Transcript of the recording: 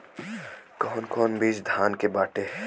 कौन कौन बिज धान के बाटे?